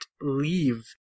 leave